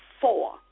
Four